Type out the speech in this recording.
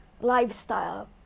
lifestyle